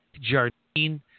Jardine